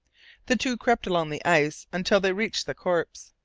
the two crept along the ice until they reached the corpse,